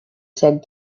said